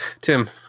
Tim